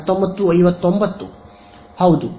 ಹೌದು